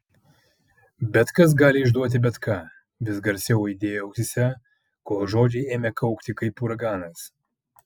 bet kas gali išduoti bet ką vis garsiau aidėjo ausyse kol žodžiai ėmė kaukti kaip uraganas